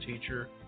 Teacher